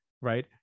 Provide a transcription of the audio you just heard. right